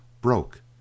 broke